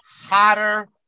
hotter